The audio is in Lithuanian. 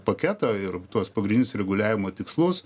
paketą ir tuos pagrindinius reguliavimo tikslus